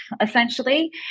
essentially